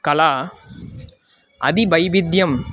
कला अति वैविद्यं